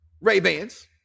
Ray-Bans